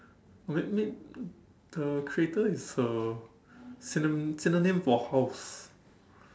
made made the creator is a syno~ synonym for house